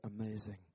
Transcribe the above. amazing